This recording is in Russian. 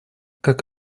как